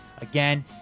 Again